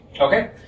Okay